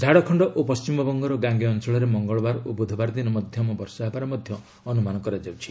ଝାଡ଼ଖଣ୍ଡ ଓ ପଶ୍ଚିମବଙ୍ଗର ଗାଙ୍ଗେୟ ଅଞ୍ଚଳରେ ମଙ୍ଗଳବାର ଓ ବୁଧବାର ଦିନ ମଧ୍ୟମ ବର୍ଷା ହେବାର ମଧ୍ୟ ଅନୁମାନ କରାଯାଉଛି